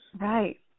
Right